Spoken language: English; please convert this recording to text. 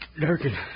Durkin